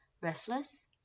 restless